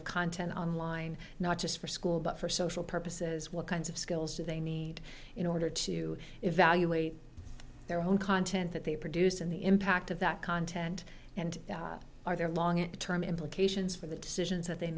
of content online not just for school but for social purposes what kinds of skills do they need in order to evaluate their own content that they produce and the impact of that content and are there long term implications for the decisions that they